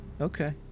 Okay